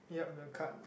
yup the card